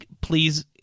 Please